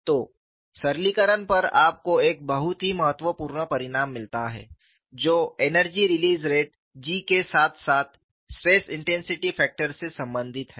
संदर्भ स्लाइड समय 0320 तो सरलीकरण पर आपको एक बहुत ही महत्वपूर्ण परिणाम मिलता है जो एनर्जी रिलीज़ रेट G के साथ साथ स्ट्रेस इंटेंसिटी फैक्टर से संबंधित है